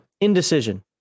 Indecision